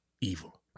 evil